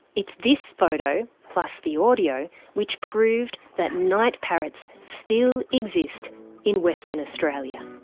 it's this photo, plus the audio which proved that night parrots still exist in western australia.